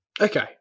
Okay